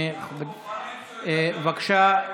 בבקשה,